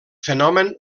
fenomen